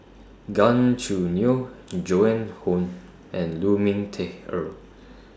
Gan Choo Neo in Joan Hon and Lu Ming Teh Earl